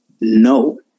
No